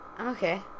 Okay